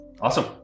Awesome